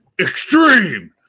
extreme